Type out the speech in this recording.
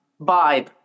vibe